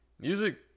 Music